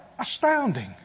astounding